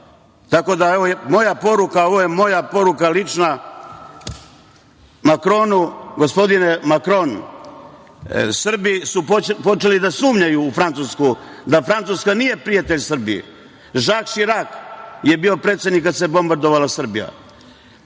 padale na Jugoslaviju, ali je moja poruka lična Makronu – gospodine Makron, Srbi su počeli da sumnjaju u Francusku, da Francuska nije prijatelj Srbiji. Žak Širak je bio predsednik kad se bombardovala Srbija.